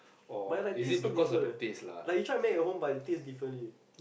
but it like taste so different eh like you try to make at home but it tastes differently